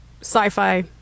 sci-fi